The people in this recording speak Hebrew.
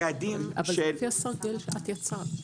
היעדים --- אבל זה לפי הסרגל שאת יצרת.